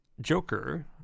joker